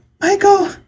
Michael